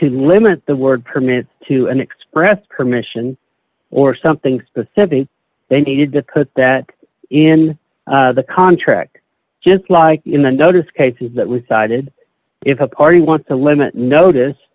to limit the word permit to an express permission or something specific they needed to put that in the contract just like in the notice cases that we decided if a party want to limit notice